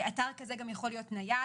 אתר כזה גם יכול להיות נייד,